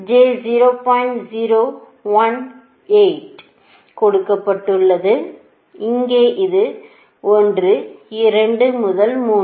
18 கொடுக்கப்பட்டுள்ளது இங்கே அது 1 2 முதல் 3